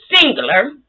singular